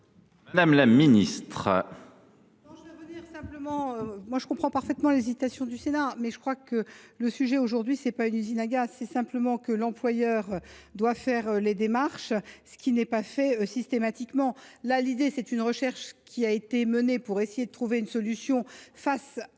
Mme la ministre.